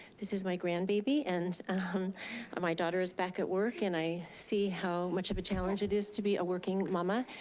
this is my grand baby and my daughter is back at work and i see how much of a challenge it is to be a working mama.